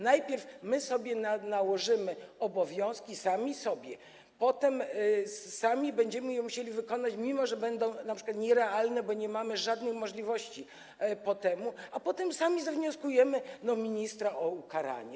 Najpierw nałożymy obowiązki sami sobie, potem sami będziemy je musieli wykonać, mimo że będą np. nierealne, bo nie mamy żadnej możliwości po temu, a potem sami zawnioskujemy do ministra o ukaranie.